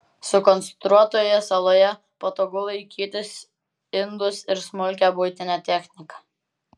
sukonstruotoje saloje patogu laikyti indus ir smulkią buitinę techniką